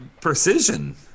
precision